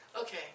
Okay